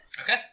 okay